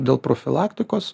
dėl profilaktikos